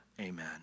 amen